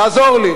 תעזור לי.